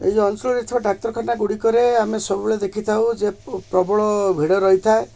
ଏଇ ଅଞ୍ଚଳରେ ଥିବା ଡାକ୍ତରଖାନା ଗୁଡ଼ିକରେ ଆମେ ସବୁବେଳେ ଦେଖିଥାଉ ଯେ ପ୍ରବଳ ଭିଡ଼ ରହିଥାଏ